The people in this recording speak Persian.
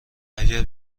اگه